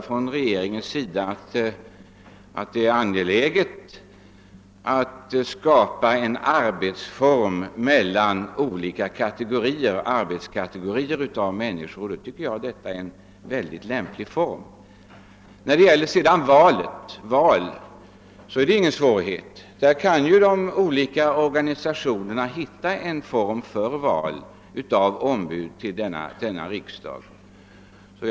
Från regeringens sida sägs ofta att det är angeläget att skapa en samarbetsform mellan olika arbetskategorier av människor. Detta torde vara en lämplig form för att göra det. Att anordna val av ombud borde inte möta någon svårighet. De olika organisationerna kan säkerligen finna en form för att genomföra sådana val.